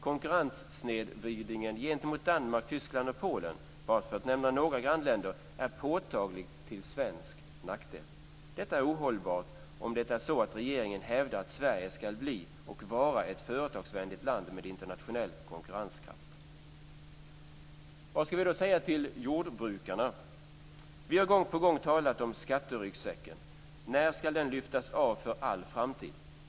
Konkurrenssnedvridningen gentemot Danmark, Tyskland och Polen, bara för att nämna några grannländer, är påtagligt till svensk nackdel. Detta är ohållbart om det är så att regeringen hävdar att Sverige ska bli och vara ett företagsvänligt land med internationell konkurrenskraft. Vad ska vi då säga till jordbrukarna? Vi har gång på gång talat om skatteryggsäcken. När ska den lyftas av för all framtid?